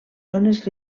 zones